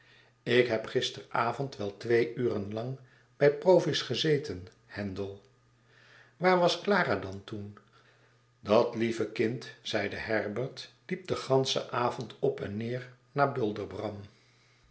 ik heb gisteravond wel twee uren lang bij provis gezeten handel waar was clara dan toen dat lieve kind zeide herbert liep den ganschen avond op en neer naar